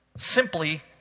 simply